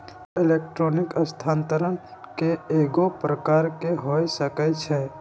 electronic स्थानान्तरण कएगो प्रकार के हो सकइ छै